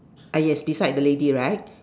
yes beside the lady right